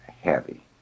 heavy